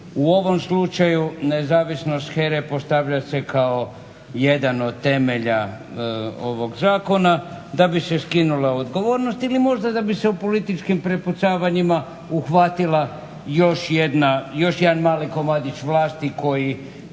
u ovom slučaju nezavisnost HERA-e postavlja se kao jedan od temelja ovog zakona da bi se skinula odgovornost ili možda da bi se u političkim prepucavanjima uhvatila još jedan mali komadić vlasti koji